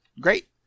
Great